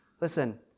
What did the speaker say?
Listen